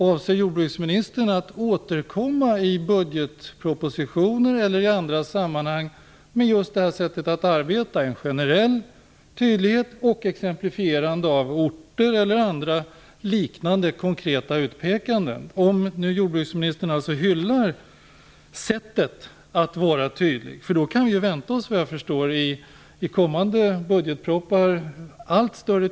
Avser jordbruksministern att återkomma i budgetpropositioner eller i andra sammanhang med just detta sätt att arbeta med en generell tydlighet och ett exemplifierande av orter eller andra liknande konkreta utpekanden? Då kan vi ju, vad jag förstår, vänta oss allt större tydlighet i kommande budgetpropositioner.